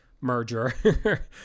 merger